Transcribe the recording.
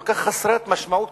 כל כך חסרת משמעות,